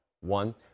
one